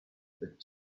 that